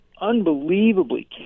unbelievably